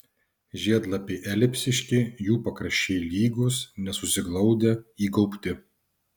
žiedlapiai elipsiški jų pakraščiai lygūs nesusiglaudę įgaubti